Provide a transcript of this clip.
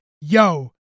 yo